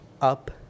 up